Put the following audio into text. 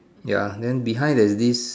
ya then behind there's this